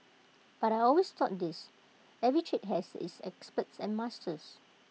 but I always thought this every trade has its experts and masters